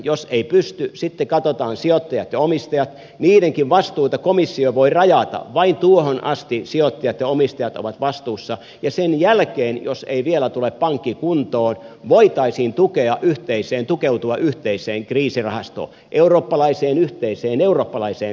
jos ei pysty sitten katsotaan sijoittajat ja omistajat niidenkin vastuita komissio voi rajata vain tuohon asti sijoittajat ja omistajat ovat vastuussa ja sen jälkeen jos ei vielä tule pankki kuntoon voitaisiin tukeutua yhteiseen kriisirahastoon yhteiseen eurooppalaiseen kriisirahastoon